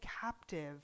captive